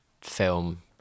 film